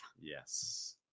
Yes